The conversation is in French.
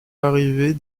l’arrivée